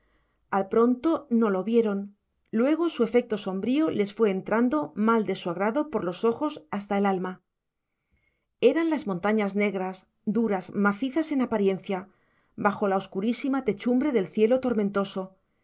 al pronto no lo vieron luego su efecto sombrío les fue entrando mal de su grado por los ojos hasta el alma eran las montañas negras duras macizas en apariencia bajo la oscurísima techumbre del cielo tormentoso